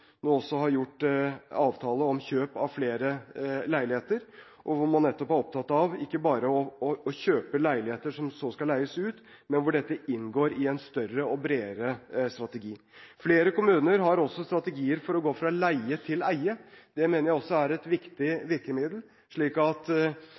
nå også har gjort en avtale om kjøp av flere leiligheter. Man er nettopp opptatt av ikke bare å kjøpe leiligheter som så skal leies ut, men at dette inngår i en større og bredere strategi. Flere kommuner har også strategier for å gå fra leie til eie – det mener jeg også er et